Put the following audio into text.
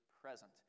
present